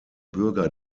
bürger